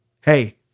hey